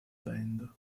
band